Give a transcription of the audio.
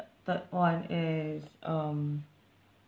third one is um